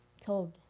told